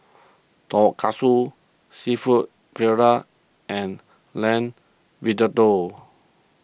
Tonkatsu Seafood Paella and Lamb